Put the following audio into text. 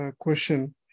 question